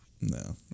No